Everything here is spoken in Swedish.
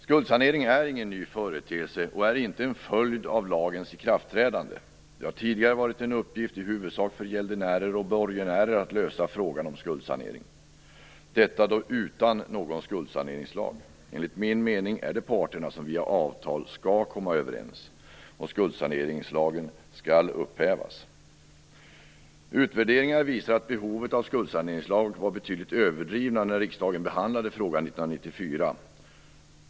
Skuldsanering är ingen ny företeelse och är inte en följd av lagens ikraftträdande. Det har tidigare varit en uppgift i huvudsak för gäldenärer och borgenärer att lösa frågan om skuldsanering - detta då utan någon skuldsaneringslag. Enligt min mening är det parterna som via avtal skall komma överens. Skuldsaneringslagen skall upphävas. Utvärderingar visar att behovet av skuldsaneringslag var betydligt överdrivet när riksdagen behandlade frågan 1994.